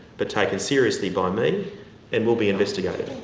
but taken seriously by me and will be investigated.